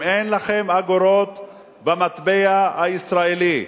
אם אין לכם אגורות במטבע הישראלי,